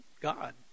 God